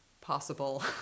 possible